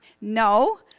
No